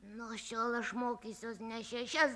nuo šiol aš mokysiuosi ne šešias